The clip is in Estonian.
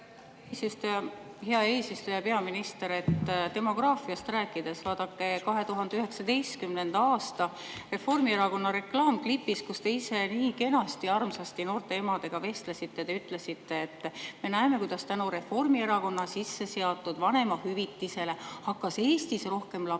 hea eesistuja! Peaminister! Demograafiast rääkides: vaadake, 2019. aasta Reformierakonna reklaamklipis, kus te ise nii kenasti, armsasti noorte emadega vestlesite, te ütlesite, et me näeme, kuidas tänu Reformierakonna sisse seatud vanemahüvitisele hakkas Eestis rohkem lapsi